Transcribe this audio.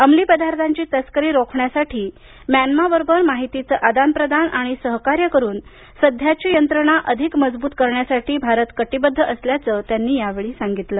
अंमली पदार्थांची तस्करी रोखण्यासाठी म्यानमाबरोबर माहितीचे आदानप्रदान आणि सहकार्य करून सध्याची यंत्रणा अधिक मजबूत करण्यासाठी भारत कटीबद्ध असल्याचं त्यांनी सांगितलं